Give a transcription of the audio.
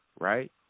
right